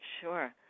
Sure